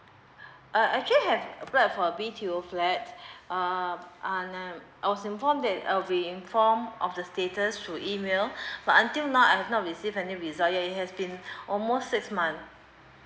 uh actually I have applied for a B_T_O flat uh and then I was informed that will inform of the status through email but until now I've not receive any result yet it has been almost six month